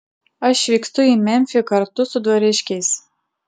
aš vykstu į memfį kartu su dvariškiais